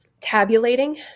tabulating